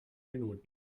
minuten